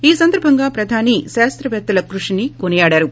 ఈ సందర్బం గా ప్రధాని శాస్తవేత్తల కృషిని కొనియాడారు